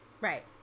Right